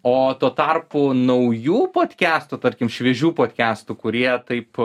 o tuo tarpu naujų podkestų tarkim šviežių podkestų kurie taip